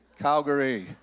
Calgary